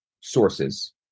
sources